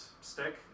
stick